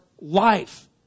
life